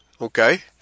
Okay